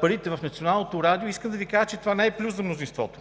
парите в Националното радио, не е плюс за мнозинството.